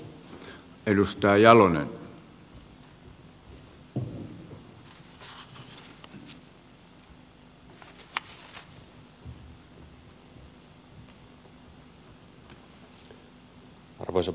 arvoisa puhemies